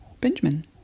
Benjamin